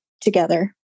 together